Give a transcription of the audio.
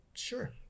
Sure